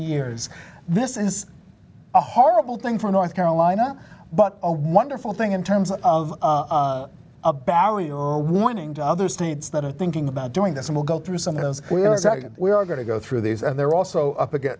years this is a horrible thing for north carolina but a wonderful thing in terms of a barrier warning to other states that are thinking about doing this we'll go through some of those we are going to go through these and they're also up again